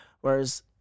Whereas